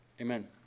Amen